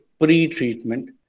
pre-treatment